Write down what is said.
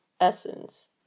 Essence